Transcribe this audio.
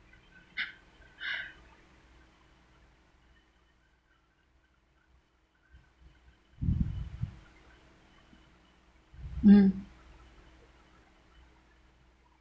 mm